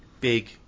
big